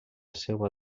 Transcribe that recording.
seua